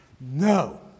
No